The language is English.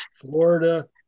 Florida